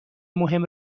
مهم